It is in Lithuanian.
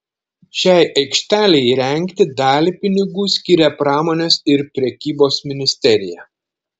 šiai aikštelei įrengti dalį pinigų skiria pramonės ir prekybos ministerija